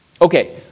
Okay